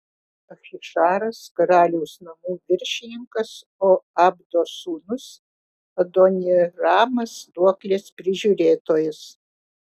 ahišaras karaliaus namų viršininkas o abdos sūnus adoniramas duoklės prižiūrėtojas